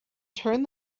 turn